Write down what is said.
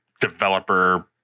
developer